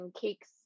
cakes